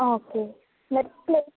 okay